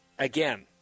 Again